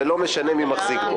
ולא משנה מי מחזיק בו.